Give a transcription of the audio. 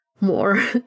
more